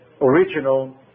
original